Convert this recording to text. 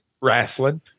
wrestling